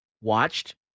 Watched